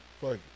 fuck